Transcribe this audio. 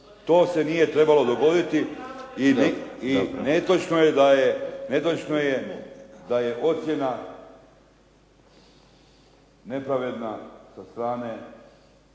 se ne čuje./… I netočno je da je ocjena nepravedna sa strane